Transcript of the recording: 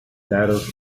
battles